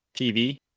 tv